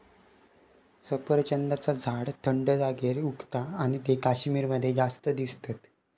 सफरचंदाचा झाड थंड जागेर उगता आणि ते कश्मीर मध्ये जास्त दिसतत